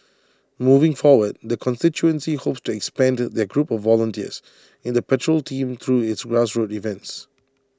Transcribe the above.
moving forward the constituency hopes to expand their group of volunteers in the patrol team through its grassroots events